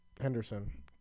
Henderson